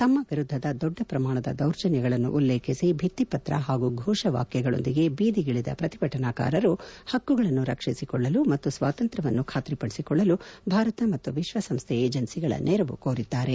ತಮ್ಮ ವಿರುದ್ದದ ದೊಡ್ಡ ಪ್ರಮಾಣದ ದೌರ್ಜನ್ಯಗಳನ್ನು ಉಲ್ಲೇಖಿಸಿ ಭಿತ್ತಿ ಪತ್ರ ಹಾಗೂ ಫೋಷವಾಕ್ಯಗಳೊಂದಿಗೆ ಬೀದಿಗಿಳಿದ ಪ್ರತಿಭಟನಕಾರಾರು ಹಕ್ಕುಗಳನ್ನು ರಕ್ಷಿಸಿಕೊಳ್ಳಲು ಮತ್ತು ಸ್ಲಾತಂತ್ರ್ವವನ್ನು ಖಾತ್ರಿಪದಿಸಿಕೊಳ್ಳಲು ಭಾರತ ಮತ್ತು ವಿಶ್ಲ ಸಂಸ್ಡೆ ಏಜೆನ್ನೀಗಳ ನೆರವು ಕೋರಿದ್ದಾರೆ